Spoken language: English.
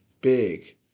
big